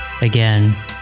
Again